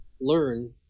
learn